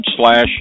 Slash